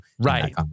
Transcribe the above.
Right